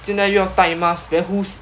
现在又要要带 mask then whos~